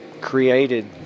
created